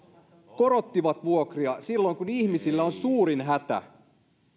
korottivat vuokria silloin kun ihmisillä on suurin hätä